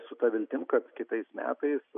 su ta viltim kad kitais metais